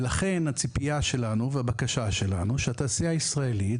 לכן הציפייה שלנו והבקשה שלנו שהתעשייה הישראלית,